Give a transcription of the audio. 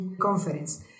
conference